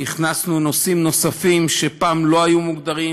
הכנסנו נושאים נוספים שפעם לא היו מוגדרים,